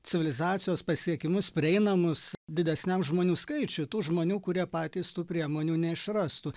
civilizacijos pasiekimus prieinamus didesniam žmonių skaičiui tų žmonių kurie patys tų priemonių neišrastų